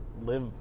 live